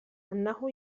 أنه